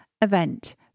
event